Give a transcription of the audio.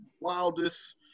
wildest